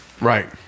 Right